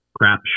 crap